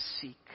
seek